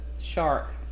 shark